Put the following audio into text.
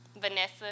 Vanessa